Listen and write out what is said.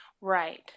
Right